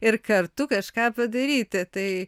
ir kartu kažką padaryti tai